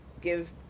give